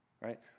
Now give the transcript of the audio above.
right